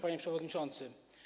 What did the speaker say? Panie Przewodniczący!